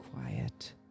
quiet